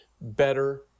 better